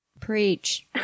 Preach